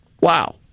Wow